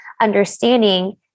understanding